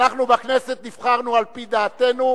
אנחנו בכנסת נבחרנו על-פי דעתנו.